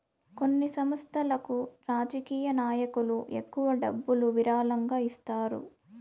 కొన్ని సంస్థలకు రాజకీయ నాయకులు ఎక్కువ డబ్బులు విరాళంగా ఇస్తారు